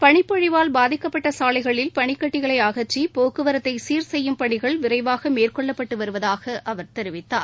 பளிப்பொழிவால் பாதிக்கப்பட்ட சாலைகளில் பளிகட்டிகளை அகற்றி போக்குவரத்தை சீர் செய்யும் பணிகள் விரைவாக மேற்கொள்ளப்பட்டு வருவதாக அவர் தெரிவித்தார்